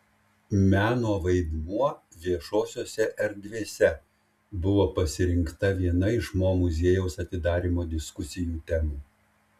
meno vaidmuo viešosiose erdvėse buvo pasirinkta viena iš mo muziejaus atidarymo diskusijų temų